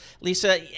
Lisa